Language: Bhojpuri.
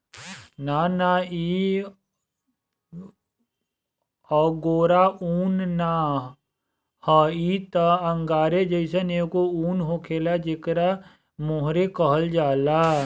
ना ना इ अंगोरा उन ना ह इ त अंगोरे जइसन एगो उन होखेला जेकरा मोहेर कहल जाला